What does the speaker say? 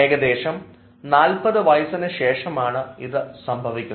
ഏകദേശം 40 വയസ്സിനു ശേഷമാണ് ഇത് സംഭവിക്കുന്നത്